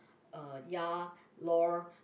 uh ya lor